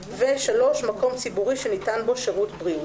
(3)מקום ציבורי שניתן בו שירות בריאות.